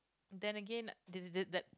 then again that